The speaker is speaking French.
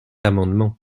amendement